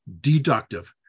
deductive